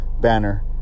banner